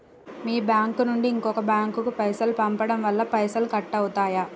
మీ bank నుంచి ఇంకో bank కు పైసలు పంపడం వల్ల పైసలు కట్ అవుతయా?